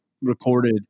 recorded